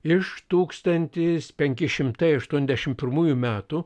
iš tūkstantis penki šimtai aštuoniasdešim pirmųjų metų